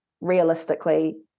Realistically